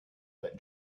that